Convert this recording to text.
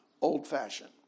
old-fashioned